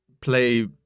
play